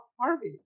Harvey